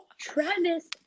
Travis